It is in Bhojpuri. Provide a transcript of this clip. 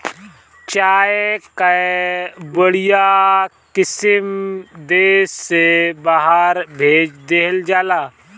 चाय कअ बढ़िया किसिम देस से बहरा भेज देहल जाला